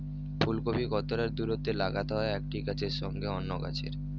ফুলকপি কতটা দূরত্বে লাগাতে হয় একটি গাছের সঙ্গে অন্য গাছের?